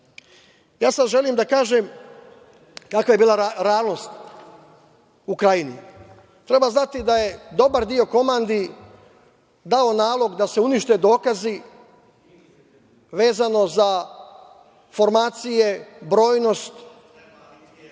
sada želim da kažem kakva je bila realnost u Krajini. Treba znati da je dobar deo komandi dao nalog da se unište dokazi vezano za formacije, brojnost,